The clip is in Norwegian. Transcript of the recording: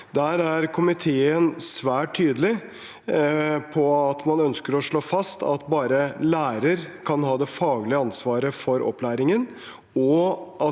Der er komiteen svært tydelig på at man ønsker å slå fast at bare læreren kan ha det faglige ansvaret for opplæringen,